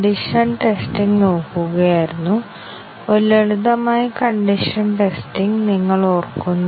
white box ടെസ്റ്റിംഗിന് 6 7 പ്രധാന തന്ത്രങ്ങൾ ഞങ്ങൾ നോക്കും